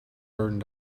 burned